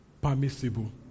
permissible